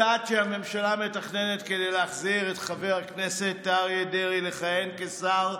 הצעד שהממשלה מתכננת כדי להחזיר את חבר הכנסת אריה דרעי לכהן כשר,